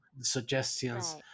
suggestions